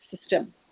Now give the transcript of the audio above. system